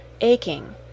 aching